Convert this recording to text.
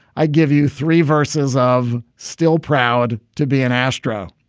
i give you three verses of still proud to be an astro.